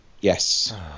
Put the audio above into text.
Yes